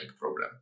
problem